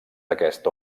aquest